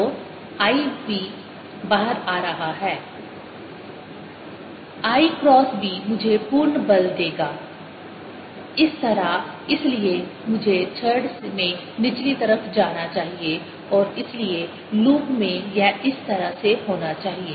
तो I v बाहर आ रहा है I क्रॉस b यह मुझे पूर्ण बल देगा इस तरह इसलिए मुझे छड़ में निचली तरफ जाना चाहिए और इसलिए लूप में यह इस तरह से होना चाहिए